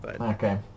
okay